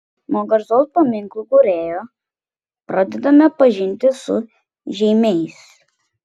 nuo garsaus paminklų kūrėjo pradedame pažintį su žeimiais